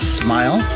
smile